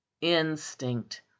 Instinct